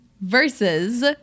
versus